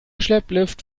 schlepplift